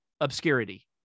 obscurity